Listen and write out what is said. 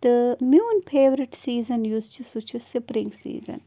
تہٕ میون favourite season یُس چھِ سُہ چھِ سِپرِنٛگ سیٖزَن